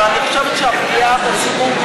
אבל אני חושבת שהפגיעה בציבור,